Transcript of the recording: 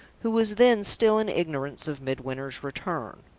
who was then still in ignorance of midwinter's return.